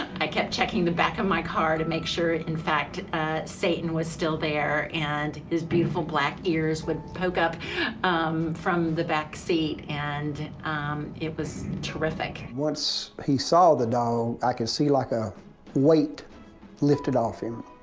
i kept checking the back of my car to make sure in fact satan was still there, and his beautiful black ears would poke up from the backseat and it was terrific. once he saw the dog, i can see like a weight lifted off him.